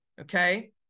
okay